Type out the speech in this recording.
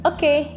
Okay